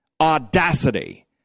audacity